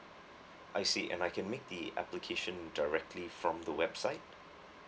I see and I can make the application directly from the website